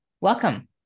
Welcome